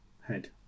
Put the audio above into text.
head